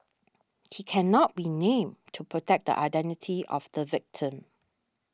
he cannot be named to protect the identity of the victim